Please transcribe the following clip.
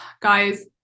guys